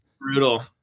Brutal